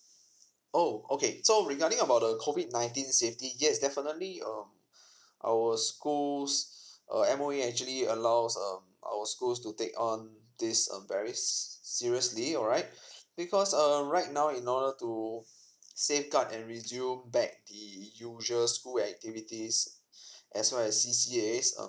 oh okay so regarding about the COVID nineteen safety yes definitely um our schools err M_O_E actually allows um our schools to take on this um very seriously alright because um right now in order to save guard and review back the usual school activities as well as C_C_A